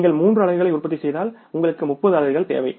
நீங்கள் 3 அலகுகளை உற்பத்தி செய்தால் உங்களுக்கு 30 அலகுகள் தேவை